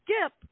skip